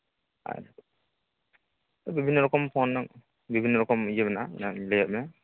ᱟᱨ ᱵᱤᱵᱷᱤᱱᱱᱚ ᱨᱚᱠᱚᱢ ᱯᱷᱳᱱ ᱨᱮᱱᱟᱜ ᱵᱤᱵᱷᱤᱱᱱᱚ ᱨᱚᱠᱚᱢ ᱤᱭᱟᱹ ᱢᱮᱱᱟᱜᱼᱟ ᱡᱟᱦᱟᱧ ᱞᱟᱹᱭᱟᱫ ᱢᱮᱭᱟ